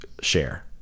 share